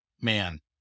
man